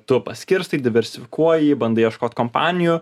tu paskirstai diversifikuoji bandai ieškot kompanijų